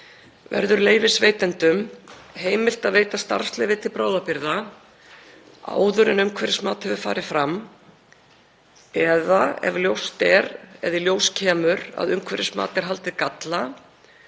verður leyfisveitendum heimilt að veita starfsleyfi til bráðabirgða áður en umhverfismat hefur farið fram eða ef í ljós kemur að umhverfismat er haldið galla